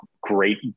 great